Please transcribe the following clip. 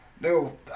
no